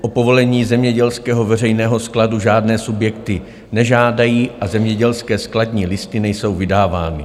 O povolení zemědělského veřejného skladu žádné subjekty nežádají a zemědělské skladní listy nejsou vydávány.